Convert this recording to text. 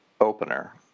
opener